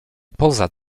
poza